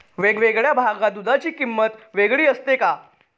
वेगवेगळ्या भागात दूधाची किंमत वेगळी असते का?